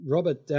Robert